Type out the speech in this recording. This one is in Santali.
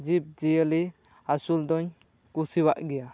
ᱡᱤᱵᱽ ᱡᱤᱭᱟᱹᱞᱤ ᱟᱥᱩᱞᱫᱩᱧ ᱠᱩᱥᱤᱭᱟᱜ ᱜᱮᱭᱟ